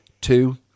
Two